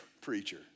preacher